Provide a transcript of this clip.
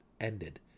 ended